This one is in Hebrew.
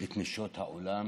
את נשות העולם